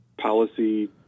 policy